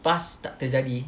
past tak terjadi